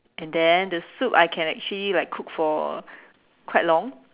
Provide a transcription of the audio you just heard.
and then the soup I can actually like cook for quite long